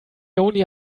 only